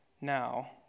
Now